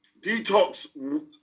detox